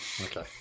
Okay